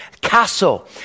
castle